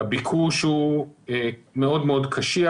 הביקוש הוא מאוד מאוד קשיח,